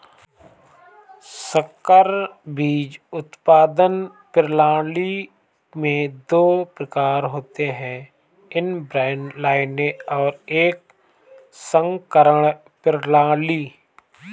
संकर बीज उत्पादन प्रणाली में दो प्रकार होते है इनब्रेड लाइनें और एक संकरण प्रणाली